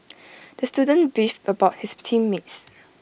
the student beefed about his team mates